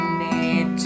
need